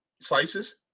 slices